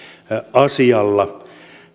asialla